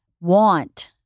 want